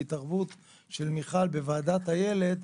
בהתערבות של מיכל בוועדת הילד,